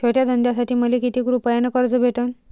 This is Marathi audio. छोट्या धंद्यासाठी मले कितीक रुपयानं कर्ज भेटन?